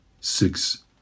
six